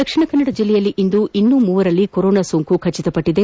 ದಕ್ಷಿಣ ಕನ್ನಡ ಜಿಲ್ಲೆಯಲ್ಲಿ ಇಂದು ಇನ್ನೂ ಮೂವರಲ್ಲಿ ಕೊರೋನಾ ಸೋಂಕು ದೃಢಪಟ್ಟದೆ